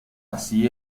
así